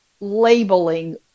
labeling